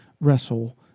wrestle